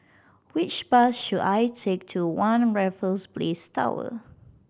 which bus should I take to One Raffles Place Tower